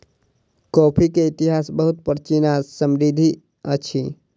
coffee के इतिहास बहुत प्राचीन आ समृद्धि अछि